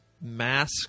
mask